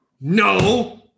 no